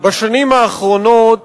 בשנים האחרונות